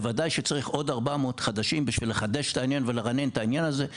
בוודאי שצריך עוד 400 חדשים בשביל לחדש את העניין ולרענן את העניין הזה.